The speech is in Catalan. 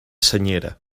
senyera